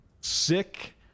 sick